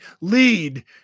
lead